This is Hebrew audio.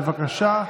בבקשה.